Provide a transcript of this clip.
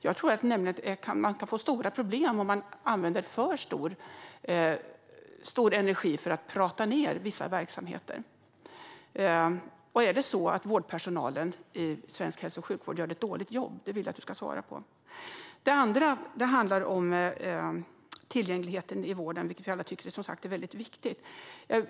Jag tror nämligen att man kan få stora problem om man använder för mycket energi åt att prata ned vissa verksamheter. Och är det så att vårdpersonalen i svensk hälso och sjukvård gör ett dåligt jobb? Det vill jag att du ska svara på. Det andra jag vill ta upp handlar om tillgängligheten i vården, som vi alla som sagt tycker är något väldigt viktigt.